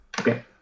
Okay